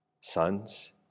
Sons